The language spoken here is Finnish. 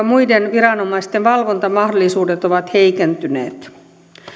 muiden viranomaisten valvontamahdollisuudet ovat heikentyneet